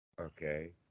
Okay